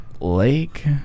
lake